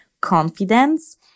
confidence